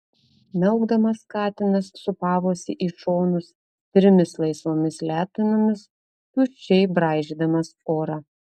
miaukdamas katinas sūpavosi į šonus trimis laisvomis letenomis tuščiai braižydamas orą